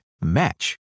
match